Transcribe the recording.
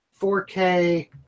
4K